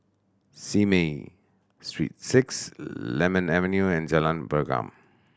Simei Street Six Lemon Avenue and Jalan Pergam